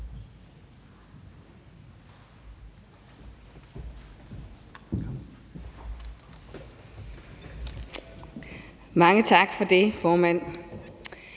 (SF): Tak for det, formand.